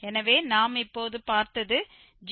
எனவே நாம் இப்போது பார்த்தது gx3x25